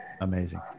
Amazing